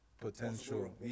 potential